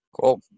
Cool